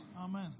Amen